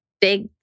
big